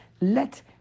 Let